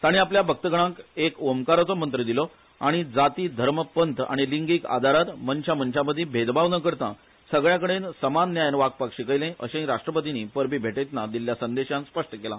ताणी आपल्या भक्तगणांक एक ओंकाराचो मंत्र दिलो आनी जाती धर्म पंथ आनी लिंगिक आदारार मनशा मनशांमदी भेदभाव न करता सगळ्यांकडेन समान न्यायान वागपाक शिकयले अशेंय राष्ट्रपतींनी परबी भेटयतना दिल्ल्या संदेशान स्पष्ट केला